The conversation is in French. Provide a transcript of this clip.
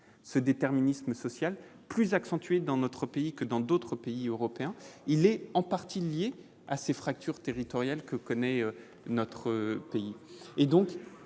ce déterminisme social plus accentuée dans notre pays que dans d'autres pays européens, il est en partie lié à ces fractures territoriales que connaît notre pays